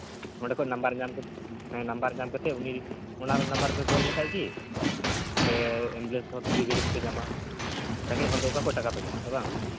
ᱚᱸᱰᱮ ᱠᱷᱚᱡ ᱱᱟᱢᱵᱟᱨ ᱧᱟᱢ ᱠᱟᱛᱮ ᱦᱮᱸ ᱱᱟᱢᱵᱟᱨ ᱧᱟᱢ ᱠᱟᱛᱮ ᱩᱱᱤ ᱚᱱᱟᱨᱮ ᱱᱟᱢᱵᱟᱨ ᱨᱮᱯᱮ ᱠᱚᱞ ᱞᱮᱠᱷᱟᱡ ᱜᱤ ᱟᱯᱮ ᱮᱢᱵᱩᱞᱮᱱᱥ ᱦᱚᱸ ᱯᱷᱨᱤ ᱜᱮᱯᱮ ᱧᱟᱢᱟ ᱨᱮᱸᱜᱮᱡ ᱦᱚᱲ ᱫᱚ ᱚᱠᱟ ᱠᱷᱚᱡ ᱴᱟᱠᱟ ᱯᱮ ᱧᱟᱢᱟ ᱥᱮ ᱵᱟᱝ